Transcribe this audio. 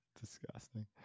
disgusting